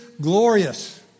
glorious